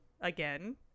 again